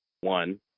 one